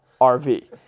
RV